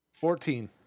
Fourteen